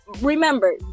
remember